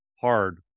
hard